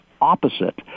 opposite